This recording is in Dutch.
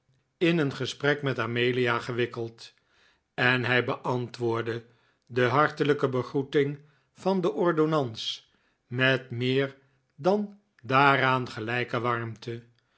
in een gesprek met amelia gewikkeld en hij beantwoordde de hartelijke begroeting van den